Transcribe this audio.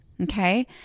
Okay